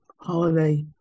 holiday